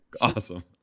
awesome